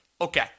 Okay